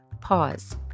pause